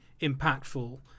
impactful